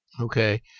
Okay